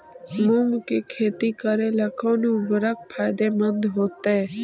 मुंग के खेती करेला कौन उर्वरक फायदेमंद होतइ?